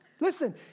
Listen